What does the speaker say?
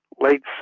late